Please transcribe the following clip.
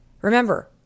Remember